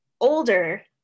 older